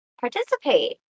participate